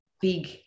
big